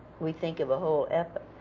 we think of a whole epoch.